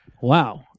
Wow